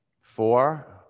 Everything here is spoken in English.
four